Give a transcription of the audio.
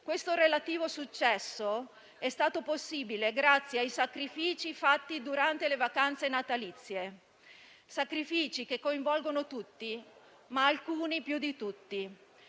Questo relativo successo è stato possibile grazie ai sacrifici fatti durante le vacanze natalizie; sacrifici che coinvolgono tutti, ma alcuni più di altri.